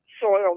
soil